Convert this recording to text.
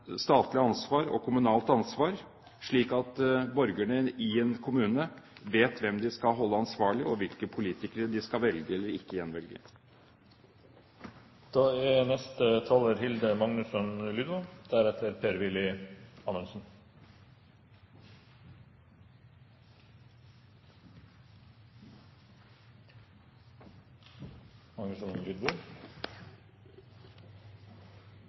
statlig ansvar og kommunalt ansvar, slik at borgerne i en kommune vet hvem de skal holde ansvarlig, og hvilke politikere de skal velge eller ikke gjenvelge. Det er